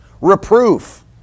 reproof